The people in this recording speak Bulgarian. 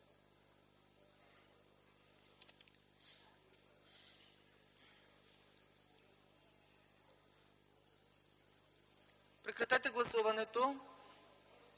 Прекратете гласуването!